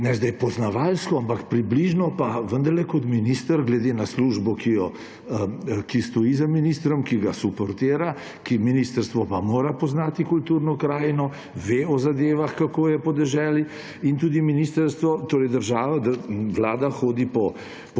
ne zdaj poznavalsko, ampak približno pa vendarle kot minister glede na službo, ki stoji za ministrom, ki ga suportira, ker ministrstvo pa mora poznati kulturno krajino, ve o zadevah, kako je na podeželju. In tudi ministrstvo, torej država, da vlada hodi po